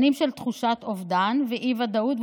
שנים של תחושת אובדן ואי-ודאות,